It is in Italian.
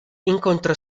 incontra